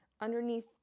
Underneath